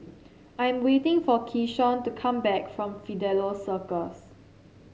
I am waiting for Keyshawn to come back from Fidelio Circus